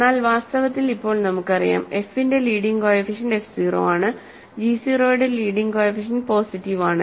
എന്നാൽ വാസ്തവത്തിൽ ഇപ്പോൾ നമുക്കറിയാം f ന്റെ ലീഡിങ് കോഎഫിഷ്യന്റ് f 0 ആണ് g 0 ന്റെ ലീഡിങ് കോഎഫിഷ്യന്റ് പോസിറ്റീവ് ആണ്